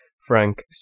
Frank